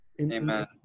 Amen